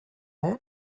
man